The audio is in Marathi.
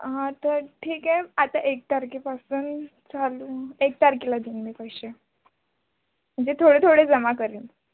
हां तर ठीक आहे आता एक तारखेपासून चालू एक तारखेला देईन मी पैसे म्हणजे थोडे थोडे जमा करेन